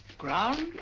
ground?